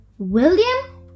William